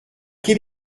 quel